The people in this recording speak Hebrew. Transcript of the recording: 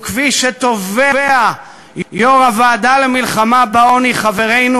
וכפי שתובע יו"ר הוועדה למלחמה בעוני חברנו